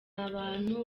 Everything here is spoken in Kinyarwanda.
abantu